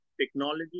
technology